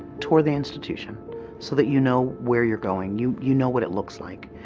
tour the institution so that you know where you're going, you, you know what it looks like.